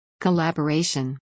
Collaboration